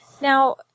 Now